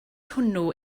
hwnnw